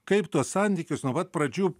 kaip tuos santykius nuo pat pradžių